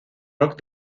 rock